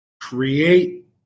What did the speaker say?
create